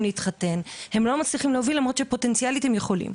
להתחתן הם לא מצליחים להוביל למרות שפוטנציאלית הם יכולים.